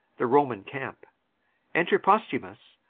the roman camp enter posthumus